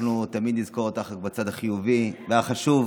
אנחנו תמיד נזכור אותך בצד החיובי והחשוב.